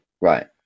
right